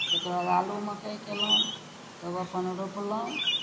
तकर बाद आलू मक्कइ कयलहुँ तब अपन रोपलहुँ